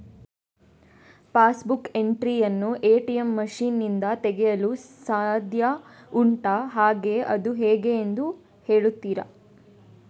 Pass book entry ಯನ್ನು ATM machine ನಿಂದ ತೆಗೆಯಲು ಸಾಧ್ಯ ಉಂಟಾ ಹಾಗೆ ಅದು ಹೇಗೆ ಎಂದು ಹೇಳುತ್ತೀರಾ?